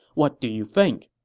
what do you think?